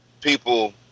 people